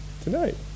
tonight